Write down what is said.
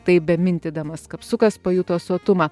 taip be mintydamas kapsukas pajuto sotumą